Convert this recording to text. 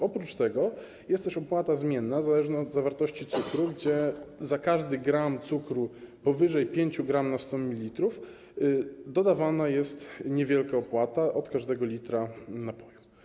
Oprócz tego jest też opłata zmienna, zależna od zawartości cukru, gdzie za każdy gram cukru powyżej 5 gr na 100 ml dodawana jest niewielka opłata od każdego litra napoju.